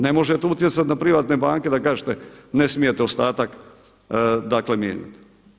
Ne možete utjecati na privatne banke da kažete ne smijete ostatak mijenjati.